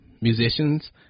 musicians